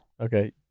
okay